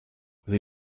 sie